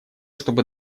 чтобы